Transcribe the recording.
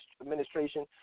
administration